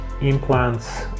implants